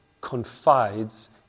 confides